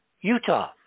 Utah